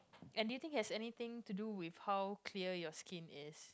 and do you think has anything to do with how clear your skin is